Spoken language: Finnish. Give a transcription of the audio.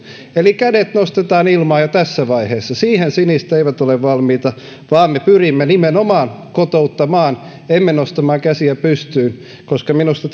eli kädet nostetaan ilmaan jo tässä vaiheessa siihen siniset eivät ole valmiita vaan me pyrimme nimenomaan kotouttamaan emme nostamaan käsiä pystyyn koska minusta